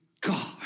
God